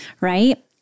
right